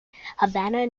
havana